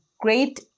great